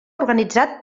organitzat